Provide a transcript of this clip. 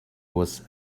was